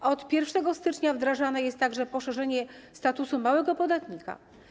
A od 1 stycznia wdrażane jest także poszerzenie statusu małego podatnika.